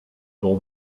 dont